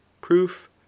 proof